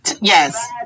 Yes